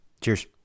Cheers